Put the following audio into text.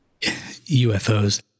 UFOs